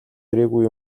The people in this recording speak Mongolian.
ирээгүй